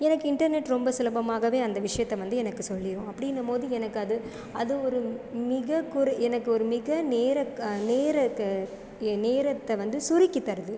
எனக்கு இன்டர்நெட் ரொம்ப சுலபமாகவே அந்த விஷயத்தை வந்து எனக்கு சொல்லிடும் அப்படின்னும் போது எனக்கு அது அது ஒரு மிக குறை எனக்கு ஒரு மிக நேரக்க நேரக்க என் நேரத்தை வந்து சுருக்கி தருது